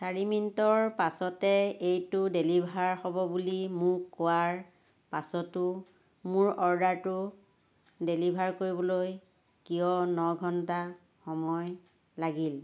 চাৰি মিনিটৰ পাছতে এইটো ডেলিভাৰ হ'ব বুলি মোক কোৱাৰ পাছতো মোৰ অৰ্ডাৰটো ডেলিভাৰ কৰিবলৈ কিয় ন ঘণ্টা সময় লাগিল